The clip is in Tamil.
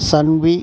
சன்வீ